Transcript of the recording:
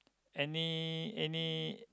any any